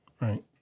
right